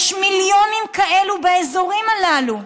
יש מיליונים כאלה באזורים הללו.